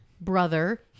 Brother